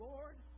Lord